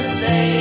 say